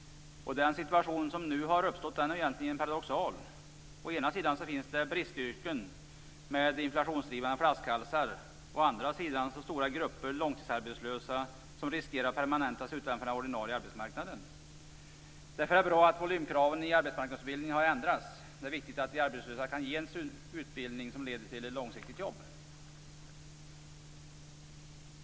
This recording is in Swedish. Den situation som nu har uppstått är egentligen paradoxal. Å ena sidan finns det bristyrken med inflationsdrivande flaskhalsar. Å andra sidan finns det stora grupper långtidsarbetslösa som riskerar att permanentas utanför den ordinarie arbetsmarknaden. Därför är det bra att volymkraven i arbetsmarknadsutbildningarna har ändrats. Det är viktigt att de arbetslösa kan ges en utbildning som leder till ett långsiktigt jobb.